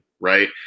Right